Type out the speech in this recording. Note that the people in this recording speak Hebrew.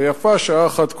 ויפה שעה אחת קודם.